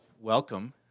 welcome